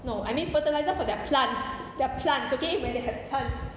no I mean fertiliser for their plants their plants okay when they have plants